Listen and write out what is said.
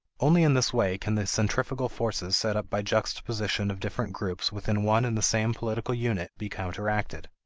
only in this way can the centrifugal forces set up by juxtaposition of different groups within one and the same political unit be counteracted.